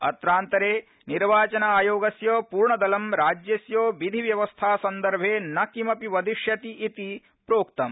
अत्रांतरे निर्वाचन आयोगस्य पूर्णदलम् राज्यस्य विधि व्यवस्था सन्दर्भे न किमपि वदिष्यति इति प्रोक्तम्